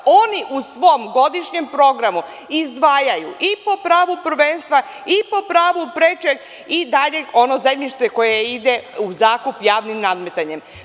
Oni u svom godišnjem programu izdvajaju i po pravu prvenstva i po pravu prečeg i daljeg ono zemljište koje ide u zakup javnim nadmetanjem.